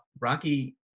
Rocky